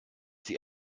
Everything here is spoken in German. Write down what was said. die